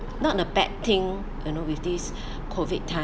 not a bad thing you know with this COVID time